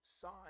sign